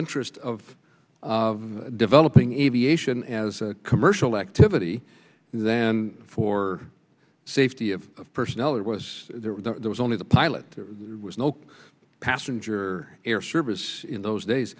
interest of developing aviation as a commercial activity than for safety of personnel it was there was only the pilot there was no passenger air service in those days